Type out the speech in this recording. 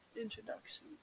introduction